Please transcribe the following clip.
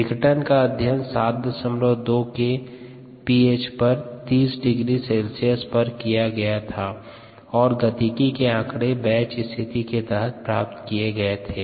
विघटन का अध्ययन 72 के पी एच पर 30 डिग्री सेल्सियस पर किया गया था और गतिकी के आंकड़े बैच स्थिति के तहत प्राप्त किया गये थे